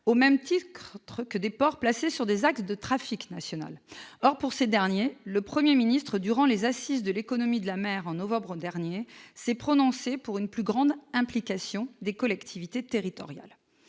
au même titre que des ports placés sur des axes de trafic national. Pour ces derniers, le Premier ministre s'est prononcé, durant les assises de l'économie de la mer en novembre dernier, en faveur d'une plus grande implication des collectivités territoriales.